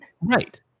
Right